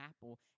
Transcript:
apple